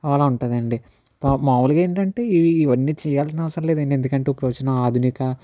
లా ఉంటుంది అండి పాపం మామూలుగా ఏంటంటే ఇవి ఇవన్నీ చేయాల్సిన అవసరం లేదండి ఎందుకంటే ఇప్పుడు వచ్చిన ఆధునిక